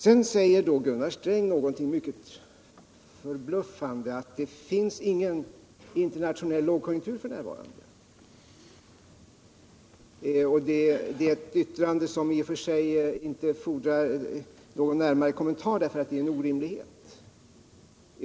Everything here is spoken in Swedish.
Gunnar Sträng säger någonting mycket förbluffande, att det f. n. inte finns någon internationell lågkonjunktur. Det är ett yttrande som i och för sig inte tarvar någon ytterligare kommentar eftersom det är orimligt.